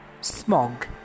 Smog